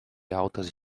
altas